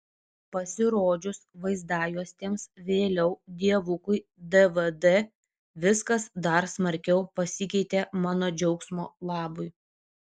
pasirodžius vaizdajuostėms vėliau dievukui dvd viskas dar smarkiau pasikeitė mano džiaugsmo labui